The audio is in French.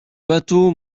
bateau